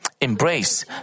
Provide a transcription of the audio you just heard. embrace